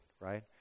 right